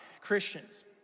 Christians